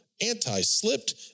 anti-slipped